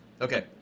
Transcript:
Okay